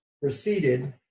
proceeded